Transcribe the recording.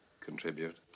contribute